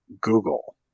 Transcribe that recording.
Google